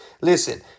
Listen